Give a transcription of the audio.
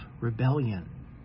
rebellion